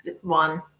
one